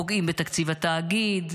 פוגעים בתקציב התאגיד,